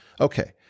Okay